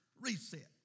reset